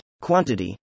Quantity